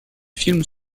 films